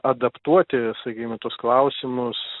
adaptuoti sakykime tuos klausimus